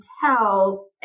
tell